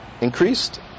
increased